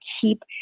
keep